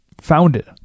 founded